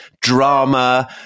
drama